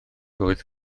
wyth